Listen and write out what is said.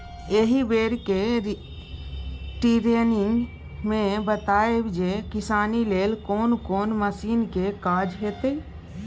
एहि बेरक टिरेनिंग मे बताएत जे किसानी लेल कोन कोन मशीनक काज हेतै